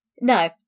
No